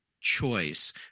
choice